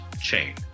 chain